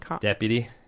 deputy